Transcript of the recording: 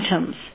items